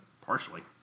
partially